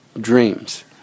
dreams